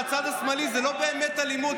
מהצד השמאלי זו לא באמת אלימות.